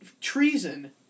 Treason